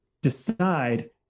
Decide